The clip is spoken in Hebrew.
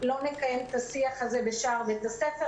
לא נקיים את השיח הזה בשער בית הספר,